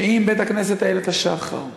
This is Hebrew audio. שאם בית-הכנסת "איילת השחר",